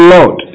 Lord